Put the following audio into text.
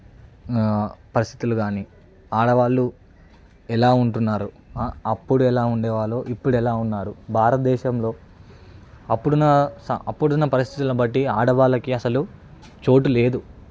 పరిస్థితులు కాని ఆడవాళ్లు ఎలా ఉంటున్నారు అప్పుడు ఎలా ఉండేవాలో ఇప్పుడు ఎలా ఉన్నారు భారతదేశంలో అప్పుడు నా అప్పుడున్న పరిస్థితులని బట్టి ఆడవాళ్ళకి అసలు చోటు లేదు